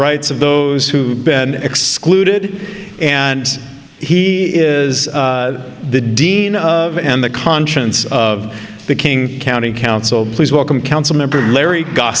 rights of those who been excluded and he is the dean of and the conscience of the king county council please welcome council member larry